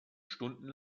stunden